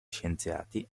scienziati